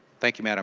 thank you mme. and